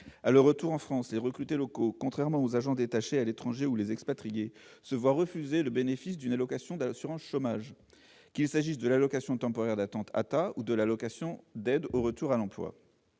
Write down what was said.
À leur retour en France, les recrutés locaux-contrairement aux agents détachés à l'étranger ou expatriés -se voient refuser le bénéfice d'une allocation d'assurance chômage, qu'il s'agisse de l'allocation temporaire d'attente, l'ATA, ou de l'allocation d'aide au retour à l'emploi,